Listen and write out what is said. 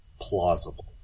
plausible